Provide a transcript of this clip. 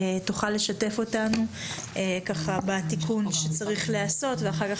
תוכל לשתף אותנו בתיקון שצריך להיעשות ואחר כך